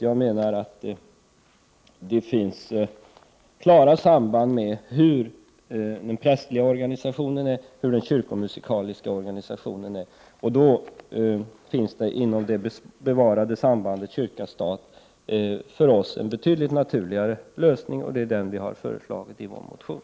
Jag menar att det finns klara samband mellan den prästerliga organisationen och den kyrkomusikaliska organisationen. Då finns det inom det bevarade sambandet mellan kyrka och stat för oss en betydligt naturligare lösning, och det är den som vi har föreslagit i vår motion.